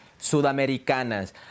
Sudamericanas